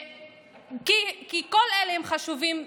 כל אלה חשובים עבורי.